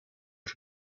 for